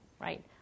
right